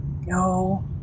No